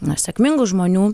na sėkmingų žmonių